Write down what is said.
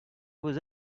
vos